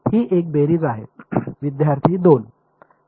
ही एक बेरीज आहे विद्यार्थी 2